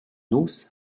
nus